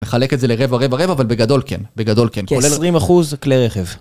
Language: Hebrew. מחלק את זה לרבע, רבע, רבע, אבל בגדול כן, בגדול כן. כ-20% כלי רכב.